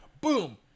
boom